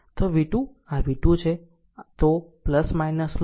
તો v2 આ v2 છે